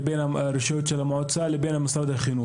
לבין רשויות המועצה לבין משרד החינוך,